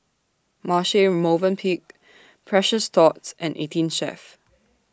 Marche Movenpick Precious Thots and eighteen Chef